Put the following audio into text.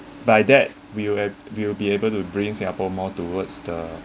by that we w~ will be able to bring singapore more towards the